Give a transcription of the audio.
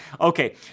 okay